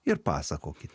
ir pasakokit